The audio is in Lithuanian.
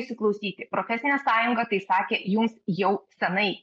įsiklausyti profesinė sąjunga tai sakė jums jau senai